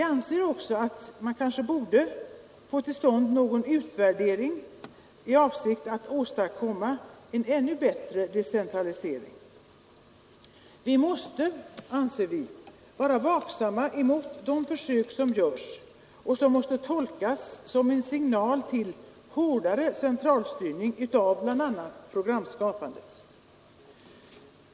Vi anser också, att man kanske borde få till stånd någon utvärdering i avsikt att åstadkomma en ännu bättre decentralisering. Man måste, anser vi, vara vaksam emot de försök som görs och som måste tolkas som en signal till hårdare centralstyrning av bl.a. programskapandet.